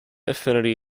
affinity